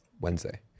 Wednesday